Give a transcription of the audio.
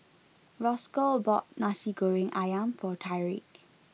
Roscoe bought Nasi Goreng Ayam for Tyrique